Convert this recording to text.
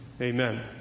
Amen